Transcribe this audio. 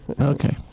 Okay